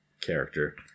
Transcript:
Character